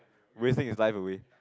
wasting his life away